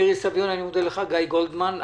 מירי סביון וגיא גולדמן.